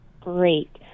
Great